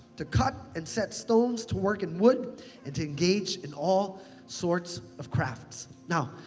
to cut and set stones, to work in wood, and to engage in all sorts of crafts. now,